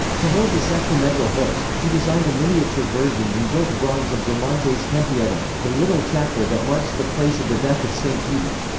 to hold the sacramental host, he designed a miniature version in gilt bronze of bramante's tempietto, the little chapel that marks the place of the death of st. peter.